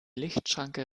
lichtschranke